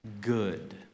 good